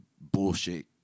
bullshit